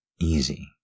easy